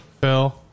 Phil